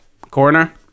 coroner